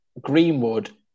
Greenwood